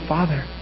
Father